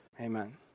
Amen